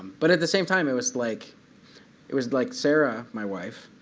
but at the same time, it was like it was like sarah, my wife,